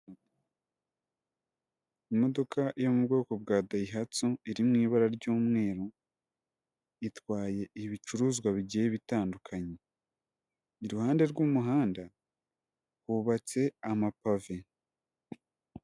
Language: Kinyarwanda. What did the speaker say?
Imodoka yo mu bwoko bwa dayihastu, iri mu ibara ry'umweru. Itwaye ibicuruzwa bigiye bitandukanye, iruhande rw'umuhanda hubatse amapave.